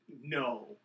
No